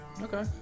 Okay